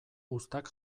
uztak